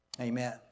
Amen